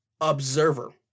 observer